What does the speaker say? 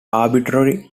arbitrary